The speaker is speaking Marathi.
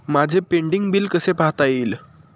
माझे पेंडींग बिल कसे पाहता येईल?